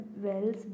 wells